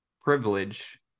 privilege